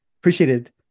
appreciated